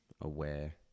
aware